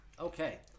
Okay